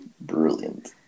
Brilliant